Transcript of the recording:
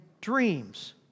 dreams